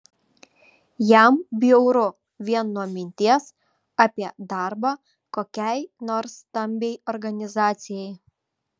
jam bjauru vien nuo minties apie darbą kokiai nors stambiai organizacijai